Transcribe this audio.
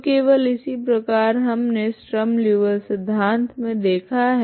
तो केवल इसी प्रकार हमने स्ट्रीम लीऔविल्ले सिद्धान्त मे देखा था